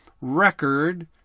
record